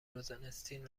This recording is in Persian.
روزناستین